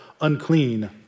unclean